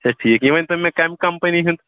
ہَے ٹھیٖک یہِ ؤنۍتَو مےٚ کَمہِ کَمپٔنی ہُنٛد